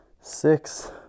six